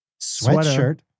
sweatshirt